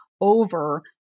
over